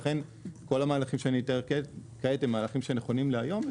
לכן כל המהלכים שאני אומר כעת הם מהלכים שנכונים להיום.